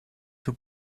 für